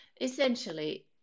Essentially